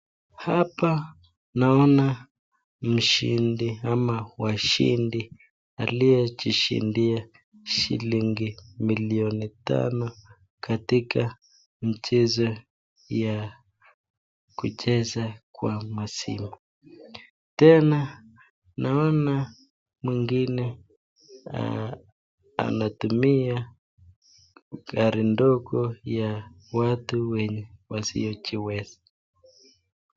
Hapa naona mshindi ama washindi aliyejishindia shilingi milioni tano katika mchezo ya kucheza kwa masimu. Tena naona mwingine anatumia gari ndogo ya watu wenye wasio jiweza.